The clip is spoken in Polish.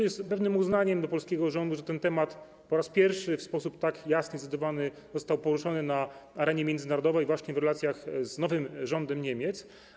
Jestem pełen uznania dla polskiego rządu, że ten temat po raz pierwszy w sposób tak jasny i zdecydowany został podniesiony na arenie międzynarodowej właśnie w relacjach z nowym rządem Niemiec.